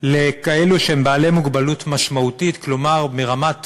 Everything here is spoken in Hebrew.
לכאלו שהם בעלי מוגבלות משמעותית, כלומר ברמת